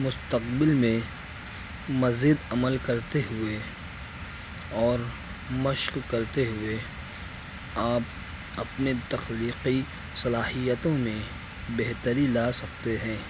مستقبل میں مزید عمل کرتے ہوئے اور مشق کرتے ہوئے آپ اپنے تخلیقی صلاحیتوں میں بہتری لا سکتے ہیں